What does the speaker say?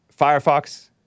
Firefox